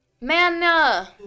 Manna